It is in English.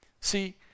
See